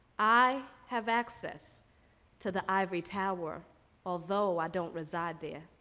i have access to the ivory tower although i don't reside there.